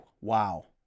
wow